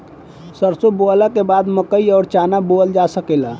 सरसों बोअला के बाद मकई अउर चना बोअल जा सकेला